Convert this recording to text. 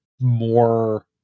more